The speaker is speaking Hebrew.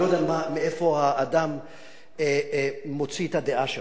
אני לא יודע מאיפה האדם מוציא את הדעה שלו.